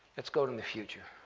let's go to the future,